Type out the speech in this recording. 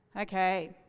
Okay